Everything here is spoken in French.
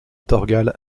thorgal